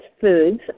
foods